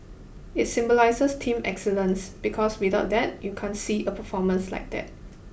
it symbolises team excellence because without that you can't see a performance like that